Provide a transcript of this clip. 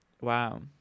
wow